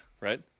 right